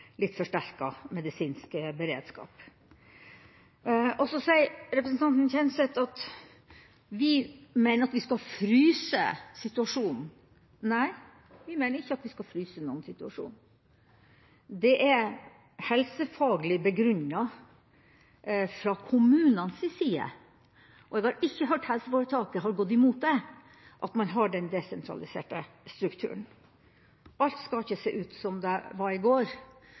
forsterka medisinsk beredskap enn sykestuesengene. Representanten Kjenseth sier at vi mener at vi skal fryse situasjonen. Nei, vi mener ikke at vi skal fryse noen situasjon. Det er helsefaglig begrunna fra kommunenes side. Jeg har ikke hørt at helseforetaket har gått imot at man har den desentraliserte strukturen. Alt skal ikke se ut som det var i går.